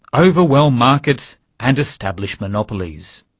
overwhelm markets and establish monopolies.